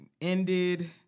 ended